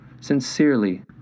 Sincerely